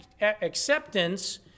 acceptance